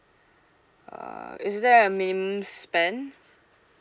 uh is there a minimum spend